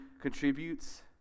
contributes